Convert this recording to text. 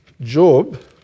Job